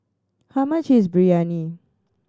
how much is Biryani